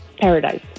Paradise